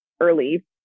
early